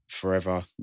Forever